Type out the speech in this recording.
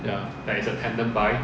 ya